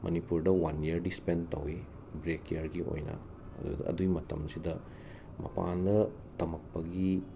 ꯃꯅꯤꯄꯨꯔꯗ ꯋꯥꯟ ꯌꯔꯗꯤ ꯁ꯭ꯄꯦꯟ ꯇꯧꯋꯤ ꯕ꯭ꯔꯦꯛ ꯌꯔꯒꯤ ꯑꯣꯏꯅ ꯑꯗꯨꯗ ꯑꯗꯨꯒꯤ ꯃꯇꯝꯁꯤꯗ ꯃꯄꯥꯟꯗ ꯇꯝꯃꯛꯄꯒꯤ